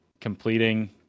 completing